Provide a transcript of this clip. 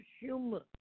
humor